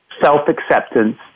self-acceptance